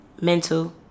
mental